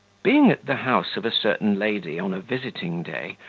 being at the house of a certain lady on a visiting day,